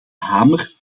hamer